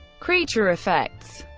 creature effects